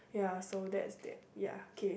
ya so that's that ya K